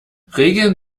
regeln